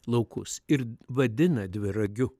laukus ir vadina dviragiu